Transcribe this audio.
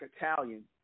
Italian